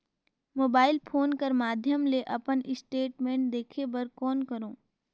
Mobile phone कर माध्यम ले अपन स्टेटमेंट देखे बर कौन करों?